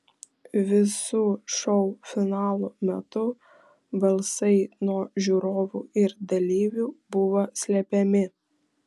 visų šou finalų metu balsai nuo žiūrovų ir dalyvių buvo slepiami